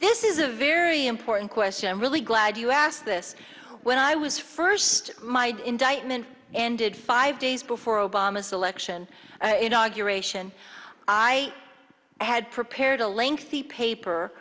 this is a very important question really glad you asked this when i was first my indictment ended five days before obama's election in argue ration i had prepared a lengthy paper